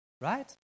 right